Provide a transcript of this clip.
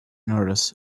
notice